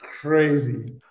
crazy